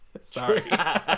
Sorry